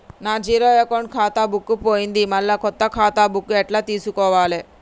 నా zero account ఖాతా book పోయింది మళ్ళా కొత్త ఖాతా బుక్కు ఎట్ల తీసుకోవాలే?